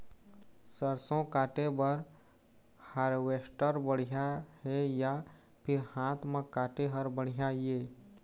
सरसों काटे बर हारवेस्टर बढ़िया हे या फिर हाथ म काटे हर बढ़िया ये?